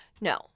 no